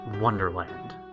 Wonderland